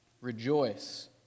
Rejoice